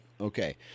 Okay